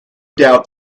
doubt